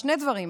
שני דברים,